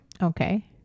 Okay